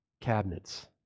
Cabinets